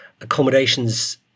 Accommodation's